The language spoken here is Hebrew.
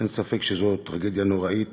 אין ספק שזו טרגדיה נוראית